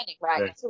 right